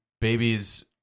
babies